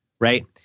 Right